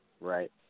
Right